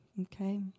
Okay